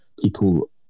people